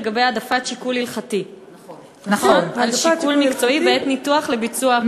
לגבי העדפת שיקול הלכתי על שיקול מקצועי בעת ניתוח לביצוע הפלה.